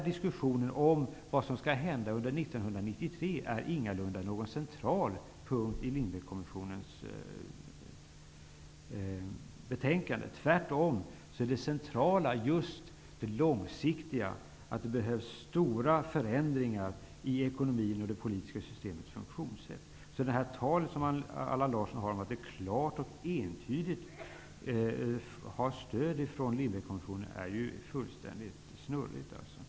Diskussionen om vad som skall hända under 1993 är ingalunda någon central punkt i Lindbeckkommissionens betänkande. Tvärtom är det centrala just det långsiktiga, att det behövs stora förändringar i ekonomin och det politiska systemets funktionssätt. Så Allan Larssons tal om att han klart och entydigt har stöd från Lindbeckskommissionen är fullständigt snurrigt.